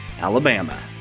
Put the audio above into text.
Alabama